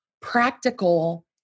practical